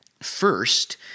first